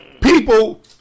people